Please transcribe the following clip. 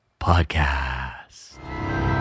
Podcast